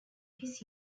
his